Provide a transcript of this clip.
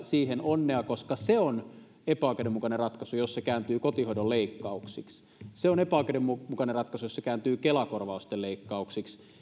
siihen koska se on epäoikeudenmukainen ratkaisu jos se kääntyy kotihoidon leikkauksiksi se on epäoikeudenmukainen ratkaisu jos se kääntyy kela korvausten leikkauksiksi